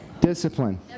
Discipline